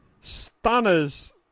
Stunners